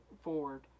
forward